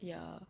ya